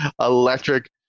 electric